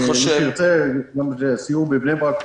בסיור בבני-ברק,